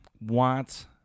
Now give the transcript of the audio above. want